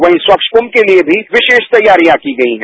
वही सच्छ कुंभ के लिए भी विशेष तैयारियां की गई हैं